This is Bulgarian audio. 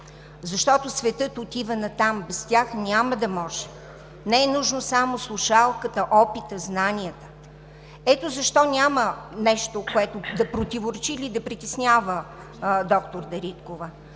защото светът отива натам. Без тях няма да може. Не са нужни само слушалката, опитът, знанията. Ето защо няма нещо, което да противоречи или да притеснява, доктор Дариткова.